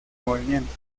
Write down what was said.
movimiento